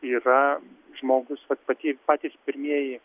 yra žmogus vat pati patys pirmieji